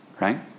Right